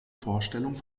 vorstellung